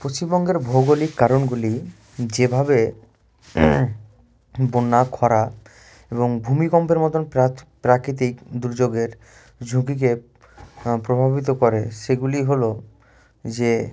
পশ্চিমবঙ্গের ভৌগোলিক কারণগুলি যেভাবে বন্যা খরা এবং ভূমিকম্পের মতন প্রাকৃতিক দুর্যোগের ঝুঁকিকে প্রভাবিত করে সেগুলি হলো যে